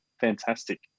fantastic